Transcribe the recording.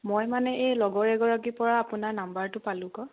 মই মানে এই লগৰ এগৰাকীৰপৰা আপোনাৰ নাম্বাৰটো পালোঁ আকৌ